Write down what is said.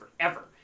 forever